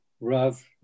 Rav